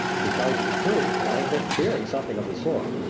to tell you the truth i have been fearing something of this sort.